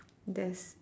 there's